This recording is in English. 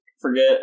forget